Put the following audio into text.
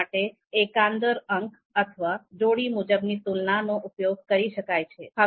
આ માટે એકંદર અંક સ્કોર્સ અથવા જોડી મુજબની તુલના નો ઉપયોગ કરી શકાય છે